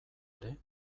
ere